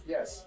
Yes